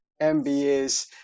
MBAs